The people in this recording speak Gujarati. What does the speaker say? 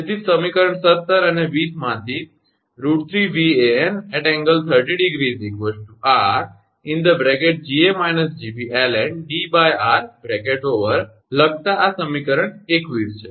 તેથી જ સમીકરણ 17 અને 20 માંથી √3𝑉𝑎𝑛∠30°𝑟𝐺𝑎−𝐺𝑏ln𝐷𝑟 લખતા આ સમીકરણ 21 છે